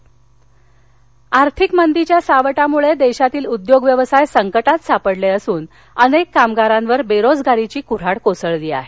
सप्रिया सळे नाशिक आर्थिक मंदीच्या सावटामुळे देशातील उद्योग व्यवसाय संकटात सापडले असून अनेक कामगारांवर बेरोजगारीची कुन्हाड कोसळली आहे